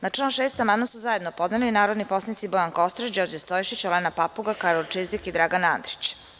Na član 6. amandman su zajedno podneli su narodni poslanici Bojan Kostreš, Đorđe Stojšić, Olena Papuga, Karolj Čizik i Dragan Andrić.